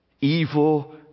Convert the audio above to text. evil